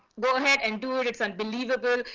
go ahead and do it, it's unbelievable.